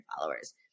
followers